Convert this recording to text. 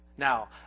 Now